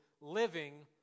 living